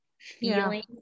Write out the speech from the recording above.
feeling